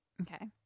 okay